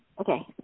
Okay